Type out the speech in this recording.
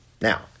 Now